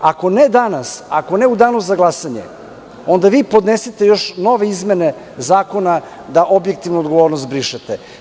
Ako ne danas, ako ne u danu za glasanje, onda vi podnesite nove izmene zakona da objektivnu odgovornost brišete.